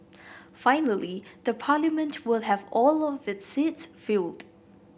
finally the Parliament will have all its seats filled